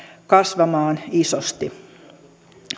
kasvamaan isosti